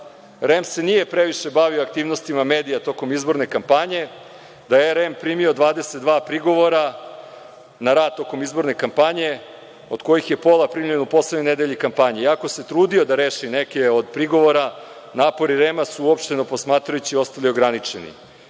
REM nije previše bavio aktivnostima medija tokom izborne kampanje, da je REM primio 22 prigovora na rad tokom izborne kampanje, od kojih je pola primljeno u poslednjoj nedelji kampanje. Jako se trudio da reši neke od prigovora, napori REM su uopšteno posmatrajući ostali ograničeni. Kao